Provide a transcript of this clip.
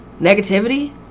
negativity